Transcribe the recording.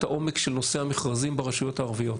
העומק של נושא המכרזים ברשויות הערביות,